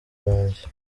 wanjye